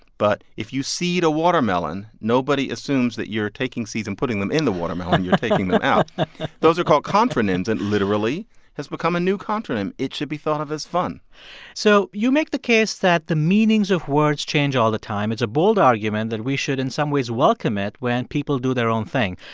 but if you seed a watermelon, nobody assumes that you're taking seeds and putting them in the watermelon, you're taking them out those are called contronyms, and literally has become a new contronym. it should be thought of as fun so you make the case that the meanings of words change all the time. it's a bold argument that we should in some ways welcome it when people do their own thing.